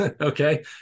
okay